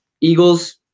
Eagles